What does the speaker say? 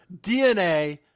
DNA